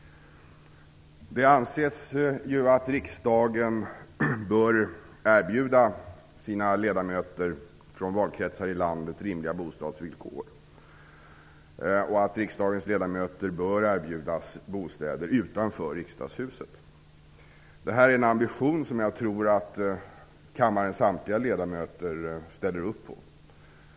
Det anses ju att riksdagen bör erbjuda sina ledamöter från valkretsar ute i landet rimliga bostadsvillkor och att riksdagens ledamöter bör erbjudas bostäder utanför riksdagshuset. Detta är en ambition som jag tror att kammarens samtliga ledamöter ställer upp på.